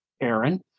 Aaron